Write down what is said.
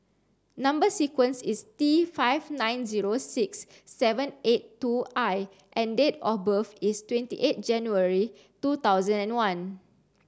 number sequence is T five nine zero six seven eight two I and date of birth is twenty eight January two thousand and one